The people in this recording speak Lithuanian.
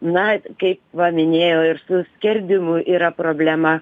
na kaip va minėjo ir su skerdimu yra problema